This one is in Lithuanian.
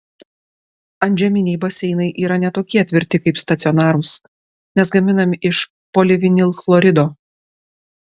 antžeminiai baseinai yra ne tokie tvirti kaip stacionarūs nes gaminami iš polivinilchlorido